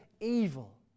evil